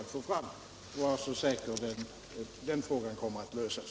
Och var så säker: den frågan kommer att lösas!